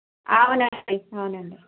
అవునండి అవునండి